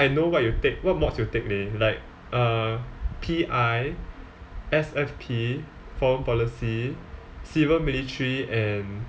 I know what you take what mods you take leh uh P_I S_F_P foreign policy civil military and